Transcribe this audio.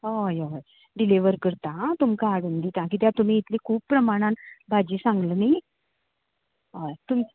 हय हय डिलिव्हर करतां आं तुमकां हाडून दितां कित्याक तुमी इतली खूब प्रमाणान बाजी सांगल्या न्ही हय